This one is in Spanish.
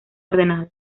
ordenado